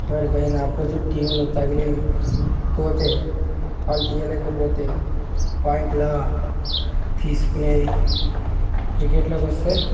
ఎవరికైనా అపోజిట్ టీమ్లో తగిలి పోతే వాళ్ళు తీయలేకపోతే పాయింట్లు తీసుకొనేది క్రికెట్లో వస్తే